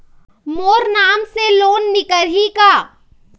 मोर नाम से लोन निकारिही का?